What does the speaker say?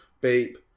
Beep